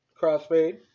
Crossfade